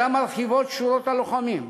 אלא מרחיבים את שורות הלוחמים.